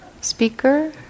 Speaker